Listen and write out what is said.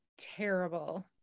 terrible